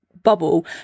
bubble